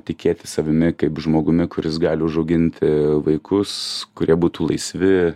tikėti savimi kaip žmogumi kuris gali užauginti vaikus kurie būtų laisvi